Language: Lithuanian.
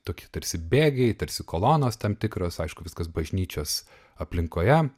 tokį tarsi bėgiai tarsi kolonos tam tikros aišku viskas bažnyčios aplinkoje